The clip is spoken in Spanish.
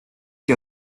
que